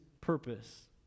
purpose